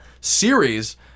series